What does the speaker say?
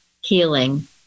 healing